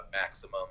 maximum